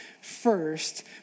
first